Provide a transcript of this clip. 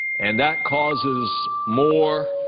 and that causes more